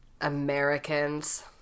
Americans